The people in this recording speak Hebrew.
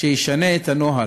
שישנה את הנוהל,